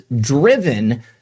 driven